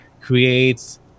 creates